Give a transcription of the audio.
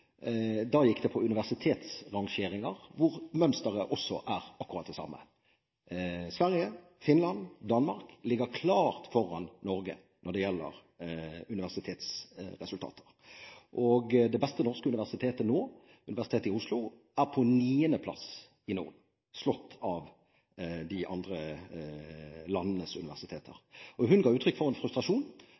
Da gjaldt det universitetsrangeringer, der mønsteret også er akkurat det samme. Sverige, Finland og Danmark ligger klart foran Norge når det gjelder universitetsresultater. Det beste norske universitetet nå, Universitetet i Oslo, er på niende plass i Norden, slått av de andre landenes universiteter. Kunnskapsministeren ga uttrykk for frustrasjon: